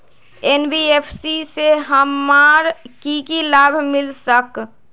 NBFC से हमार की की लाभ मिल सक?